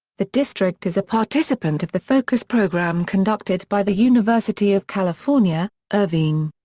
the district is a participant of the focus program conducted by the university of california, irvine.